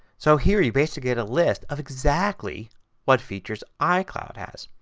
so here you basically get a list of exactly what features icloud has.